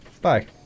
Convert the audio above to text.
bye